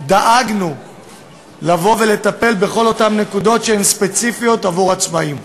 דאגנו לטפל בכל הנקודות שהן ספציפיות לעצמאים.